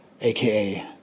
aka